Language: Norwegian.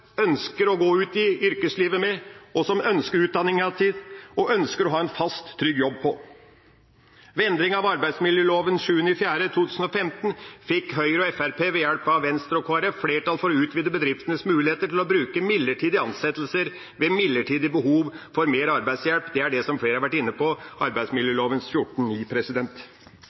ønsker å starte yrkeslivet i, ønsker å ta utdanning i og ønsker å ha en fast og trygg jobb i. Ved endringa av arbeidsmiljøloven den 7. april 2015 fikk Høyre og Fremskrittspartiet, med hjelp fra Venstre og Kristelig Folkeparti, flertall for å utvide bedriftenes muligheter til å bruke midlertidige ansettelser ved midlertidig behov for mer arbeidshjelp. Det er arbeidsmiljøloven § 14-9, som flere har vært inne på.